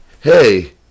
hey